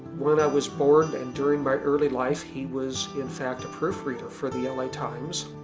when i was born and during my early life he was in fact a proofreader for the la times.